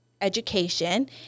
education